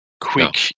quick